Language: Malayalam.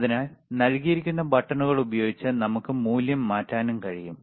അതിനാൽ നൽകിയിരിക്കുന്ന ബട്ടണുകൾ ഉപയോഗിച്ച് നമുക്ക് മൂല്യം മാറ്റാനും കഴിയും